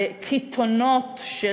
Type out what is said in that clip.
בקיתונות של